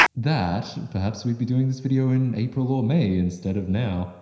that, perhaps we'd be doing this video in april or may instead of now.